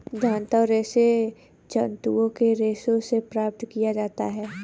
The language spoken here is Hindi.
जांतव रेशे जंतुओं के रेशों से प्राप्त किया जाता है